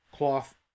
Cloth